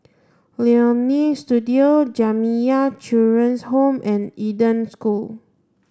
Leonie Studio Jamiyah Children's Home and Eden School